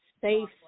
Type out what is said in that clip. safe